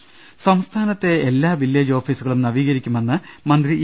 ദർവ്വെടെ ഒര സംസ്ഥാനത്തെ എല്ലാ വില്ലേജ് ഓഫീസുകളും നവീകരിക്കുമെന്ന് മന്ത്രി ഇ